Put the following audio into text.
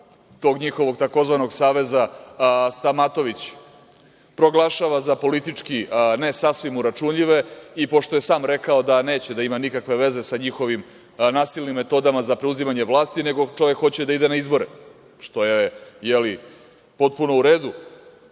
tog njihovog tzv. saveza, Stamatović, proglašava za politički ne sasvim uračunljive i pošto je sam rekao da neće da ima nikakve veze sa njihovim nasilnim metodama za preuzimanje vlasti, nego čovek hoće da ide na izbore, što je potpuno u redu.